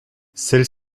celle